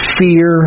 fear